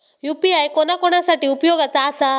UPI कोणा कोणा साठी उपयोगाचा आसा?